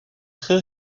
très